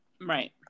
Right